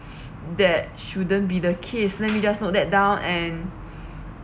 that shouldn't be the case let me just note that down and